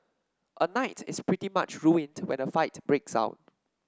a night is pretty much ruined when a fight breaks out